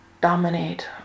dominate